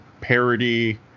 parody